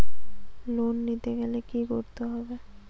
Loan নিতে গেলে কি করতে হবে?